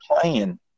Playing